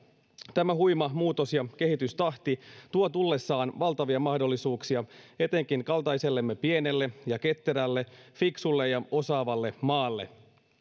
tämä huima muutos ja kehitystahti tuovat tullessaan valtavia mahdollisuuksia etenkin kaltaisellemme pienelle ja ketterälle fiksulle ja osaavalle maalle